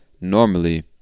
normally